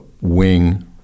wing